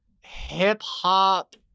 hip-hop